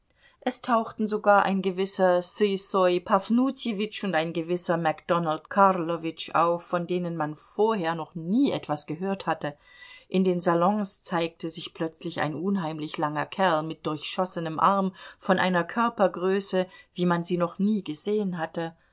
es tauchten sogar ein gewisser ssyssoj pafnutjewitsch und ein gewisser macdonald karlowitsch auf von denen man vorher noch nie etwas gehört hatte in den salons zeigte sich plötzlich ein unheimlich langer kerl mit durchschossenem arm von einer körpergröße wie man sie noch nie gesehen hatte